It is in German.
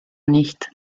nicht